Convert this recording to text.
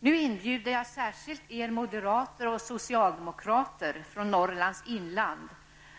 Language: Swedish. Jag inbjuder särskilt er moderater och socialdemokrater från Norrlands inland,